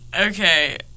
Okay